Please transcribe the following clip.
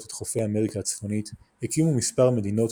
את חופי אמריקה הצפונית הקימו מספר מדינות,